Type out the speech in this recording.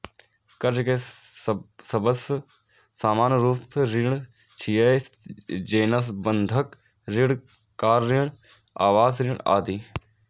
कर्ज के सबसं सामान्य रूप ऋण छियै, जेना बंधक ऋण, कार ऋण, आवास ऋण आदि